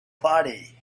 party